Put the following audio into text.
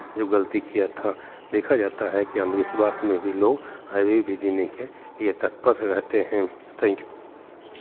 जो गलती किया था देखा जाता है कि अंधविश्वास में भी लोग अभी भी जीने के लिए तत्पर रहेते हैं थैंक यू